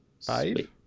five